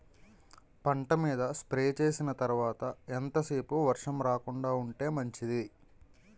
పంట మీద స్ప్రే చేసిన తర్వాత ఎంత సేపు వర్షం రాకుండ ఉంటే మంచిది?